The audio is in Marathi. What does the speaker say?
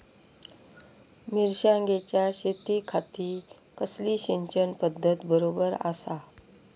मिर्षागेंच्या शेतीखाती कसली सिंचन पध्दत बरोबर आसा?